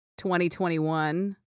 2021